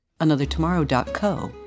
anothertomorrow.co